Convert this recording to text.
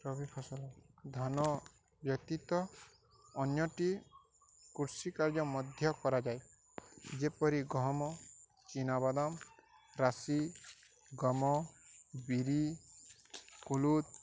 ରବି ଫସଲ ଧାନ ବ୍ୟତୀତ ଅନ୍ୟଟି କୃଷି କାର୍ଯ୍ୟ ମଧ୍ୟ କରାଯାଏ ଯେପରି ଗହମ ଚୀନାବାଦାମ ରାଶି ଗମ ବିରି କୁଲୁଦ